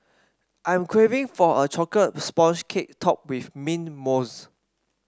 I am craving for a chocolate sponge cake topped with mint mousse